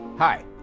Hi